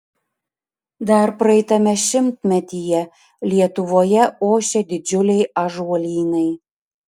dar praeitame šimtmetyje lietuvoje ošė didžiuliai ąžuolynai